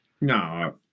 no